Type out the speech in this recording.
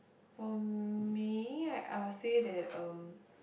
for me I'll say that um